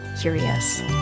curious